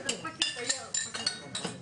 זה חלק, כמו חומר גלם?